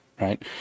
right